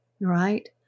Right